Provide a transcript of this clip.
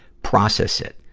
process it.